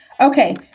okay